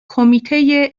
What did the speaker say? کمیته